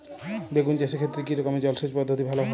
বেগুন চাষের ক্ষেত্রে কি রকমের জলসেচ পদ্ধতি ভালো হয়?